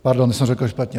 Pardon, to jsem řekl špatně.